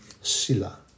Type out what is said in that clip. sila